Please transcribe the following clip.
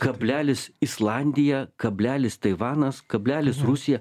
kablelis islandija kablelis taivanas kablelis rusija